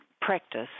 practice